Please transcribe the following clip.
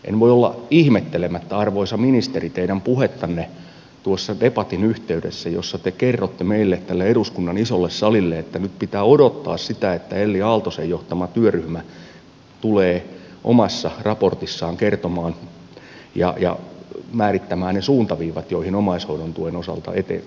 en voi olla ihmettelemättä arvoisa ministeri teidän puhettanne tuossa debatin yhteydessä jossa te kerroitte meille tälle eduskunnan isolle salille että nyt pitää odottaa sitä että elli aaltosen johtama työryhmä tulee omassa raportissaan kertomaan ja määrittämään ne suuntaviivat joitten omaishoidon tuen osalta eri